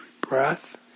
breath